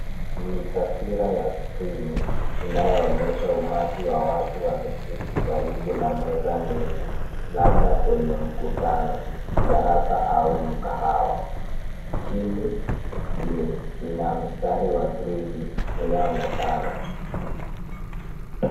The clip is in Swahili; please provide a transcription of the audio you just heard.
Ni taswira ya skrini inayoonyesha umati wa watu wameketi karibu na meza ndefu labda kwenye mkutano darasa au mkahawa chini ni ina mstari wa gridi inayoonekana